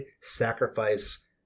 sacrifice